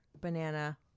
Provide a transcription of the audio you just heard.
banana